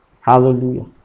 Hallelujah